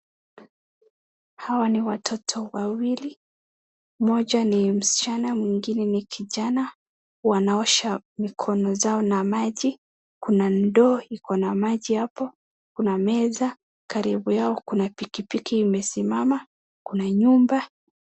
Hawa ni watoto wawili, mmoja ni msichana, na mwingine ni kijana, wanaosha mikono zao na maji, kuna ndoo iko na maji hapo, kuna meza, karibu yao kuna pikipiki imesimama, kuna nyumba.